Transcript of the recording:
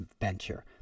venture